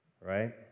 right